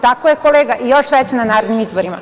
Tako je kolega i još veću na narednim izborima.